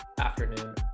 afternoon